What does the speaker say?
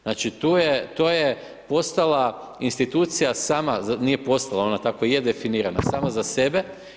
Znači, to je ostala institucija sama za, nije postala, ona tako je definirana sama za sebe.